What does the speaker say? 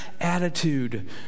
attitude